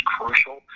crucial